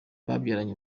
babyaranye